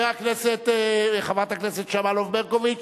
חברת הכנסת שמאלוב-ברקוביץ,